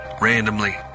randomly